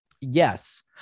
yes